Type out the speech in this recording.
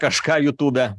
kažką jutūbe